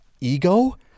Ego